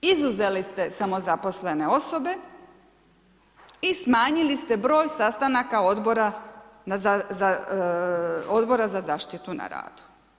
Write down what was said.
Izuzeli ste samozaposlene osobe i smanjili ste broj sastanaka odbora za zaštitu na radu.